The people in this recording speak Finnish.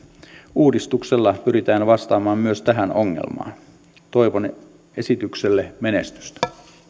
uudistuksella pyritään vastaamaan myös tähän ongelmaan toivon esitykselle menestystä